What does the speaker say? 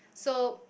so